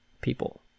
people